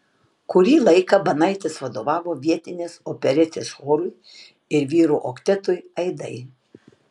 kurį laiką banaitis vadovavo vietinės operetės chorui ir vyrų oktetui aidai